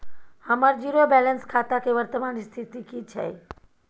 हमर zero balance खाता के वर्तमान स्थिति की छै?